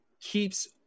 keeps